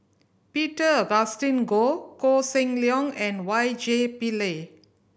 Peter Augustine Goh Koh Seng Leong and Y J Pillay